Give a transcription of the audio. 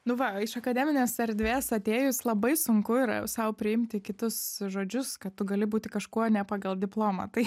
nu va iš akademinės erdvės atėjus labai sunku yra sau priimti kitus žodžius kad tu gali būti kažkuo ne pagal diplomą tai